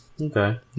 Okay